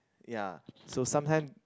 ya so sometime